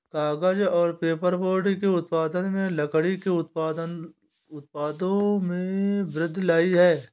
कागज़ और पेपरबोर्ड के उत्पादन ने लकड़ी के उत्पादों में वृद्धि लायी है